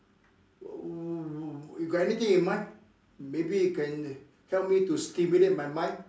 wh~ you got anything in mind maybe you can help me to stimulate my mind